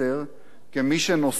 כמי שנושאים בנטל.